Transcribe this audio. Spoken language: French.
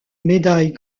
médaille